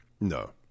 No